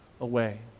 away